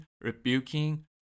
rebuking